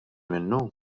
minnu